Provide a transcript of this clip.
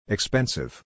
Expensive